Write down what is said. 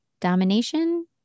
Domination